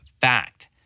fact